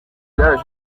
jean